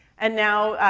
and now,